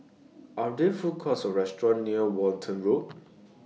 Are There Food Courts Or restaurants near Walton Road